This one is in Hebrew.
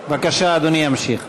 בבקשה, אדוני ימשיך.